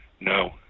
no